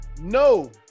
No